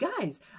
Guys